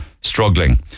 struggling